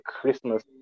Christmas